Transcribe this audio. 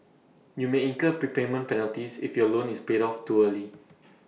you may incur prepayment penalties if your loan is paid off too early